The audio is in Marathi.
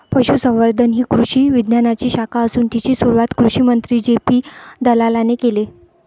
पशुसंवर्धन ही कृषी विज्ञानाची शाखा असून तिची सुरुवात कृषिमंत्री जे.पी दलालाने केले